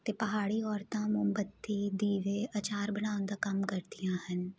ਅਤੇ ਪਹਾੜੀ ਔਰਤਾਂ ਮੋਮਬੱਤੀ ਦੀਵੇ ਅਚਾਰ ਬਣਾਉਣ ਦਾ ਕੰਮ ਕਰਦੀਆਂ ਹਨ